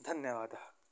धन्यवादः